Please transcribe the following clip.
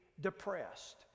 depressed